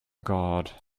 god